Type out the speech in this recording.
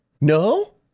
No